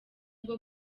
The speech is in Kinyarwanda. bwo